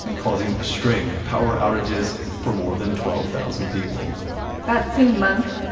causing a string of power outages for more than twelve thousand people that same month,